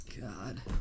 God